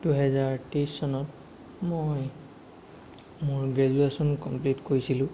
দুই হাজাৰ তেইছ চনত মই মোৰ গ্ৰেজুৱেচন কমপ্লিট কৰিছিলোঁ